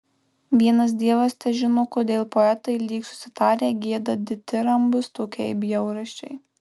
vienas dievas težino kodėl poetai lyg susitarę gieda ditirambus tokiai bjaurasčiai